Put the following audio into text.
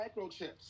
microchips